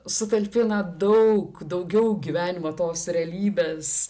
sutalpina daug daugiau gyvenimo tos realybės